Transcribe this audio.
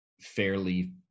fairly